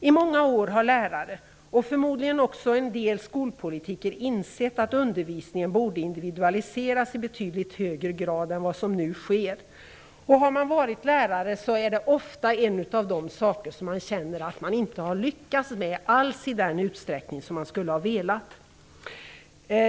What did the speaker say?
I många år har lärare, och förmodligen också en del skolpolitiker, insett att undervisningen borde individualiseras i betydligt högre grad än vad som nu sker. Som lärare är det ofta en av de saker man känner att man inte har lyckats med i den utsträckning man hade velat.